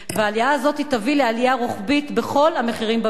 העלייה הזאת תביא לעלייה רוחבית בכל המחירים במשק.